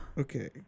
Okay